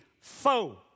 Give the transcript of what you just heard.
foe